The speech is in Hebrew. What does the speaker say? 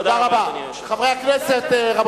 תודה רבה, אדוני היושב-ראש.